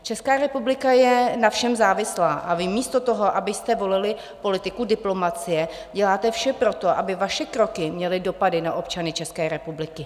Česká republika je na všem závislá, a vy místo toho, abyste volili politiku diplomacie, děláte vše pro to, aby vaše kroky měly dopady na občany České republiky.